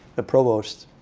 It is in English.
the provost,